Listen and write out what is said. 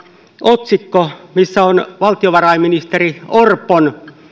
otsikko missä on valtiovarainministeri orpon